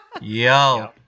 yo